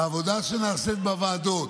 והעבודה שנעשית בוועדות,